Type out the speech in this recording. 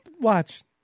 Watch